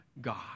God